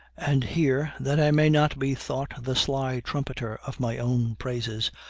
and here, that i may not be thought the sly trumpeter of my own praises,